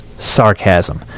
Sarcasm